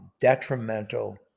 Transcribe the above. detrimental